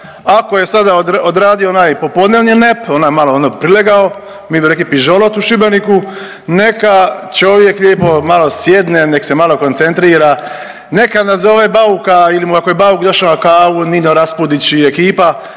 ako je sada odradio onaj popodnevni nep, onaj malo ono prilegao, mi bi rekli pižolot u Šibeniku, neka čovjek lijepo malo sjedne, nek se malo koncentrira, neka nazove Bauka ili mu je, ako je Bauk došao na kavu, Nino Raspudić i ekipa